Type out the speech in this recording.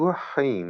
ביטוח חיים